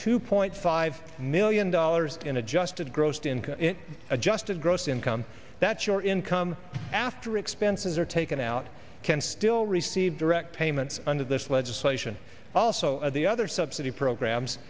two point five million dollars in adjusted gross income adjusted gross income that your income after expenses are taken out can still receive direct payments under this legislation also of the other subsidy programs